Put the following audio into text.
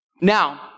Now